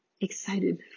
excited